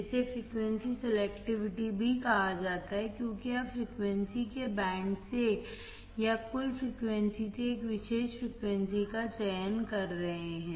इसे frequency selectivity भी कहा जाता है क्योंकि आप फ़्रीक्वेंसी के बैंड से या कुल फ़्रीक्वेंसी से एक विशेष फ़्रीक्वेंसी का चयन कर रहे हैं